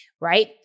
right